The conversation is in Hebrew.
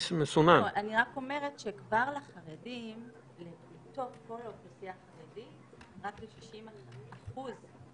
גייסנו אנשים שונים מתוך האוכלוסייה החרדית עם מכוניות קריזה,